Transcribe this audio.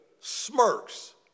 smirks